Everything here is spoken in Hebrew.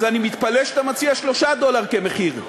אז אני מתפלא שאתה מציע 3 דולר כמחיר.